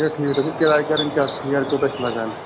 اَچھا ٹھیٖک تۄہہِ چھِو کِراے کَرٕنۍ چَک فیر کوٗتاہ چھُ لگان